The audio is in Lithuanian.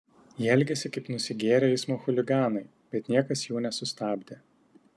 jie elgėsi kaip nusigėrę eismo chuliganai bet niekas jų nesustabdė